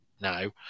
now